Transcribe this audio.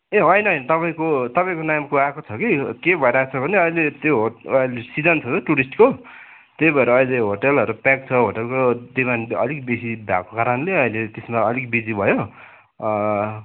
ए होइन होइन तपाईँको तपाईँको नामको आएको छ कि को भइरहेको छ भने अहिले त्यो ह सिजन छ त टुरिस्टको त्यही भएर अहिले होटेलहरू प्याक छ होटेलको डिमान्ड चाहिँ अलिक बेसी भएको कारणले अहिले त्यसमा अलिक बिजी भयो